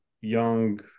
young